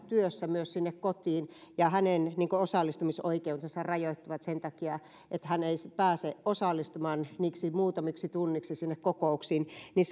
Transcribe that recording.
työssä niin sidottu sinne kotiin osallistumisoikeudet rajoittuvat sen takia että hän ei pääse osallistumaan niiksi muutamiksi tunneiksi kokouksiin niin